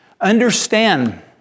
understand